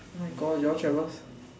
oh my god you all should have go